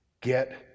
get